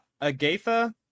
Agatha